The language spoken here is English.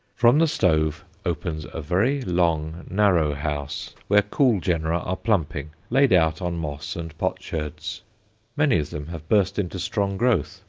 from the stove opens a very long, narrow house, where cool genera are plumping, laid out on moss and potsherds many of them have burst into strong growth.